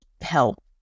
help